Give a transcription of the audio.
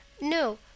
No